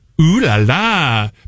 Ooh-la-la